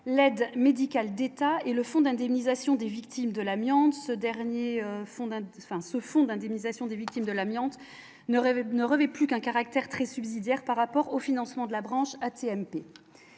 fonde enfin ce fonds d'indemnisation des victimes de l'amiante ne rêvez ne revêt plus qu'un caractère très subsidiaire par rapport au financement de la branche AT-MP